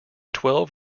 twelve